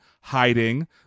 hiding